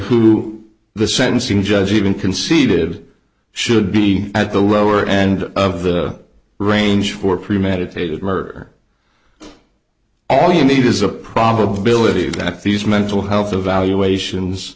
who the sentencing judge even conceded should be at the lower end of the range for premeditated murder all you need is a probability that these mental health evaluations